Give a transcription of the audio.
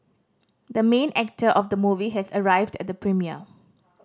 the main actor of the movie has arrived at the premiere